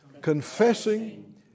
Confessing